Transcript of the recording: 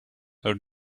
would